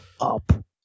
up